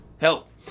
Help